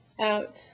out